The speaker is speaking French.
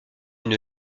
une